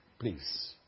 please